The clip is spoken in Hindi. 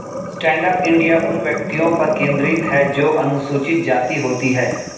स्टैंडअप इंडिया उन व्यक्तियों पर केंद्रित है जो अनुसूचित जाति होती है